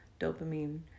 dopamine